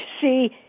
see